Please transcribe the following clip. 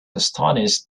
astonished